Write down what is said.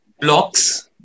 blocks